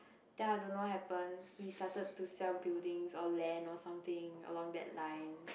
then I don't know what happen he started to sell buildings or land or something along that line